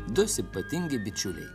du simpatingi bičiuliai